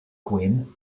queen